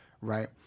right